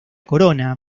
corona